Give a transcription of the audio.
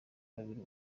kabiri